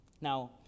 Now